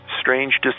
strange